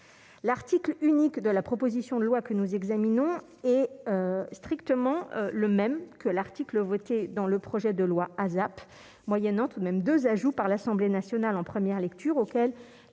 l'article unique de la proposition de loi que nous examinons est strictement le même que l'article voté dans le projet de loi ASAP moyennant tout de même 2 ajouts par l'Assemblée nationale en première lecture, auquel